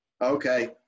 Okay